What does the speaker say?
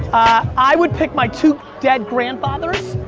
i would pick my two dead grandfathers,